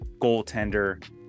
goaltender